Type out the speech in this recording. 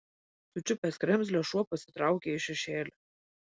sučiupęs kremzlę šuo pasitraukė į šešėlį